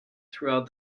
throughout